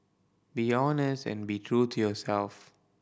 be honest and be true to yourself